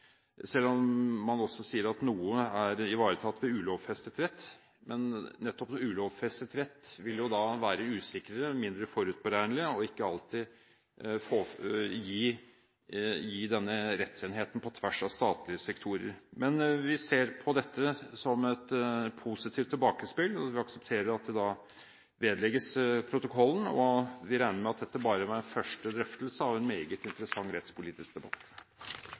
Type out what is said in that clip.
også at noe er ivaretatt ved ulovfestet rett. Men nettopp ulovfestet rett vil være mer usikkert, mindre forutberegnelig og ikke alltid gi denne rettssikkerheten på tvers av statlige sektorer. Men vi ser på dette som et positivt tilbakespill og aksepterer at forslaget vedlegges protokollen. Vi regner med at dette bare var en første drøftelse av en meget interessant rettspolitisk debatt.